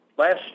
Last